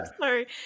sorry